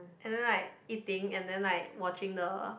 and then like eating and then like watching the